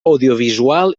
audiovisual